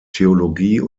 theologie